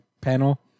panel